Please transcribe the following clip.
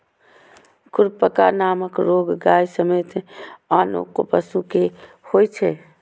खुरपका नामक रोग गाय समेत आनो पशु कें होइ छै